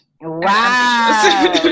Wow